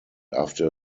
after